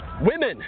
women